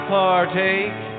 partake